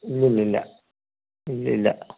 ഇല്ലില്ലില്ല ഇല്ലില്ല